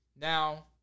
Now